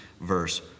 verse